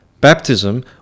Baptism